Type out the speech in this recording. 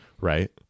right